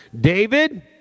David